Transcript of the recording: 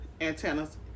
antennas